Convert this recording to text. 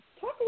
Talk